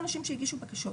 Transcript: בקשות,